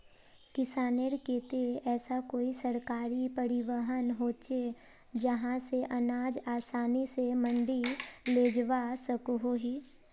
किसानेर केते ऐसा कोई सरकारी परिवहन होचे जहा से अनाज आसानी से मंडी लेजवा सकोहो ही?